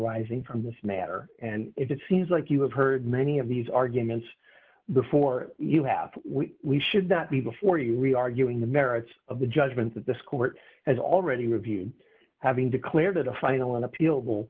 arising from this matter and it seems like you have heard many of these arguments before you have we should not be before you re arguing the merits of the judgment that this court has already reviewed having declared it a final unappeal